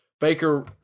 Baker